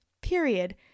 period